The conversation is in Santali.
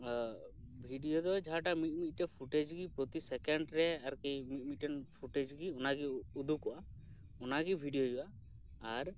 ᱵᱷᱤᱰᱭᱳ ᱫᱚ ᱡᱟᱦᱟᱸᱴᱟᱜ ᱢᱤᱫ ᱢᱤᱫᱴᱮᱱ ᱯᱷᱩᱴᱮᱡᱽ ᱜᱮ ᱯᱨᱚᱛᱤ ᱥᱮᱠᱮᱸᱰ ᱨᱮ ᱟᱨᱠᱤ ᱢᱤᱫ ᱢᱤᱫᱴᱮᱱ ᱯᱷᱩᱴᱮᱡᱽ ᱜᱮ ᱚᱱᱟ ᱜᱮ ᱩᱫᱩᱜᱚᱜᱼᱟ ᱚᱱᱟ ᱜᱮ ᱵᱷᱤᱰᱭᱳ ᱦᱩᱭᱩᱜᱼᱟ ᱟᱨ